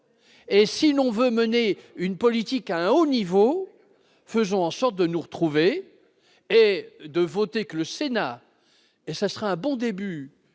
et si l'on veut mener une politique à un haut niveau, faisons en sorte de nous retrouver et de voter que le Sénat, et ça sera un bon début